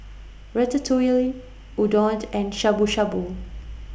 Ratatouille Udon and Shabu Shabu